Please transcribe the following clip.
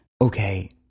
Okay